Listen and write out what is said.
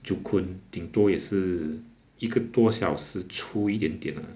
joo koon 挺多也是一个多小时出一点点 ah